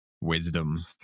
wisdom